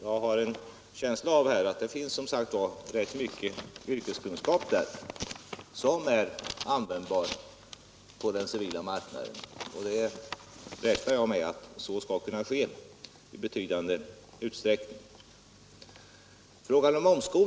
Jag har en känsla av att det finns rätt mycket yrkeskunskap där som är användbar på den civila marknaden, och jag räknar med att allt detta skall kunna tas till vara i betydande utsträckning.